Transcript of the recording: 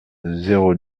zéro